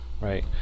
right